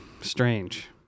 strange